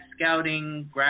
scouting